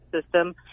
system